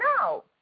No